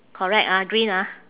correct ah green ah